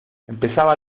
empezaba